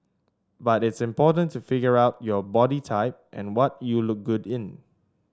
but it's important to figure out your body type and what you look good in